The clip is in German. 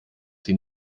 sie